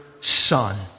son